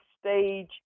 stage